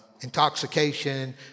intoxication